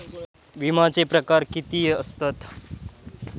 विमाचे प्रकार किती असतत?